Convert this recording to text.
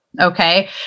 Okay